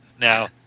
Now